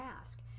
ask